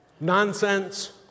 Nonsense